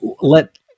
Let